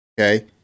Okay